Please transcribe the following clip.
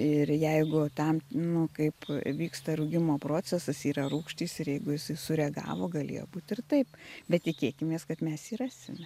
ir jeigu ten nu kaip vyksta rūgimo procesas yra rūgštys ir jeigu jisai sureagavo galėjo būti ir taip bet tikėkimės kad mes jį rasime